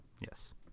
yes